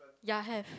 ya have